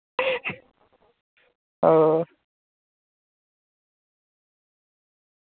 हां